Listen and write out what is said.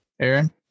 Aaron